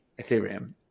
Ethereum